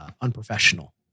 unprofessional